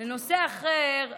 בנושא אחר,